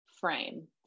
frame